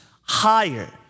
higher